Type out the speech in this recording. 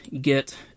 get